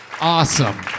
Awesome